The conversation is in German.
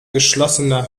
geschlossener